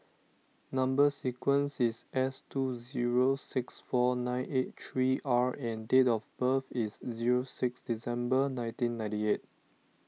Number Sequence is S two zero six four nine eight three R and date of birth is zero six December nineteen ninety eight